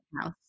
house